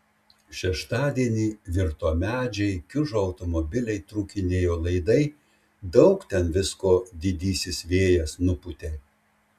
šeštadienį virto medžiai kiužo automobiliai trūkinėjo laidai daug ten visko didysis vėjas nupūtė